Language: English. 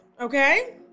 okay